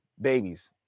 babies